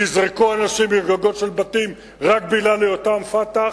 נזרקו אנשים מגגות של בתים רק בגלל היותם "פתח".